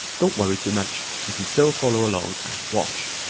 don't worry too much, you can still follow along and watch.